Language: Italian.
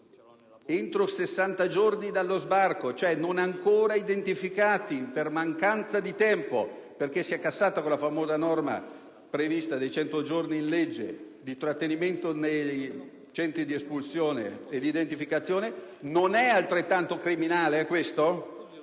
entro 60 giorni dallo sbarco, cioè non ancora identificati per mancanza di tempo perché si è cassata quella famosa norma prevista dei 180 giorni per il trattenimento nei centri di espulsione ed identificazione? Qui parliamo, colleghi, non